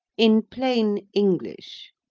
in plain english,